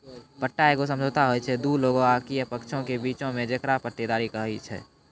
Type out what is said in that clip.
पट्टा एगो समझौता होय छै दु लोगो आकि पक्षों के बीचो मे जेकरा पट्टेदारी कही छै